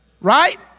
Right